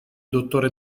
dottore